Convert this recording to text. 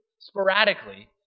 sporadically